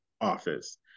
office